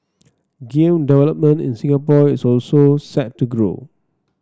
game development in Singapore is also set to grow